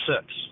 six